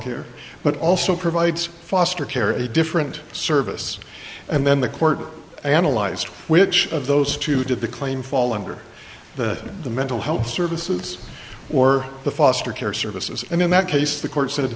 care but also provides foster care in a different service and then the court i analyzed which of those two did the claim fall under the the mental health services or the foster care services and in that case the court